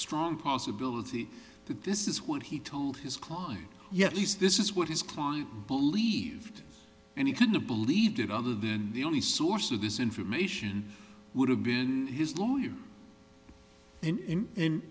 strong possibility that this is what he told his client yes this is what his client believed and he couldn't believe it other than the only source of this information would have been his lawyer and and